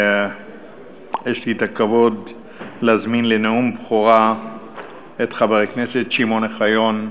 יש לי הכבוד להזמין לנאום בכורה את חבר הכנסת שמעון אוחיון.